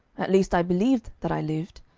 at least i believed that i lived,